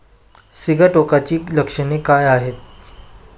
सिगाटोकाची लक्षणे काय आहेत?